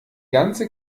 ganze